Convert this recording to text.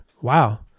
Wow